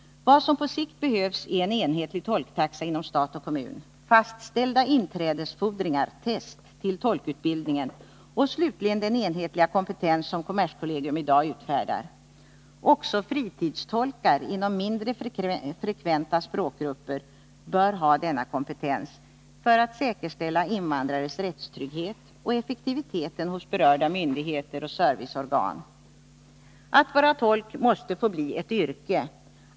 Vad som på sikt behövs är en enhetlig tolktaxa inom stat och kommun, fastställda inträdesfordringar — test — till tolkutbildningen och slutligen enhetlig kompetens som den som kommerskollegium i dag utfärdar. Också fritidstolkar inom mindre frekventa språkgrupper bör ha denna kompetens för att säkerställa invandrares rättstrygghet och effektiviteten hos berörda myndigheter och serviceorgan. Att vara tolk måste få bli ett yrke.